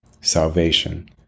salvation